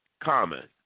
common